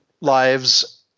lives